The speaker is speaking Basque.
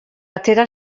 atera